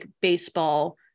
baseball